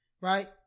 Right